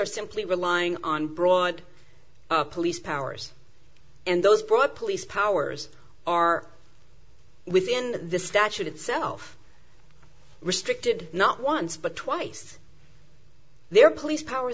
are simply relying on broad police powers and those broad police powers are within the statute itself restricted not once but twice their police power